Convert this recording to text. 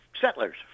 settlers